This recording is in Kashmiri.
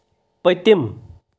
پٔتِم